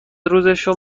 روزشو